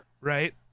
Right